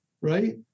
right